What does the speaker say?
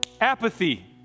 apathy